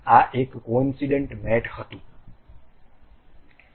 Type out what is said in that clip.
આ એક coincidence હતું